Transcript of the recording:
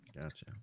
Gotcha